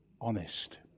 honest